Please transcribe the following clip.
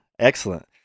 excellent